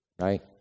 right